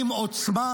עם עוצמה,